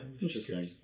Interesting